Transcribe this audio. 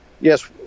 Yes